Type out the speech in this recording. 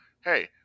Hey